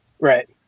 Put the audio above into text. Right